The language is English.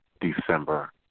December